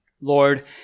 Lord